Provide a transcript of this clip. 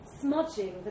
smudging